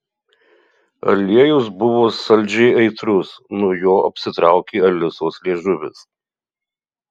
aliejus buvo saldžiai aitrus nuo jo apsitraukė alisos liežuvis